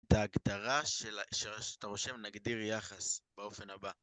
את ההגדרה שאתה רושם נגדיר יחס באופן הבא.